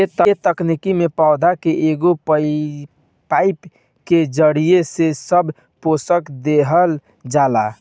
ए तकनीकी में पौधा के एगो पाईप के जरिया से सब पोषक देहल जाला